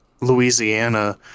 Louisiana